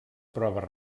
proves